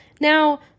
Now